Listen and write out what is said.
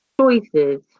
choices